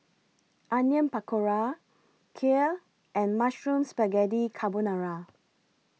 Onion Pakora Kheer and Mushroom Spaghetti Carbonara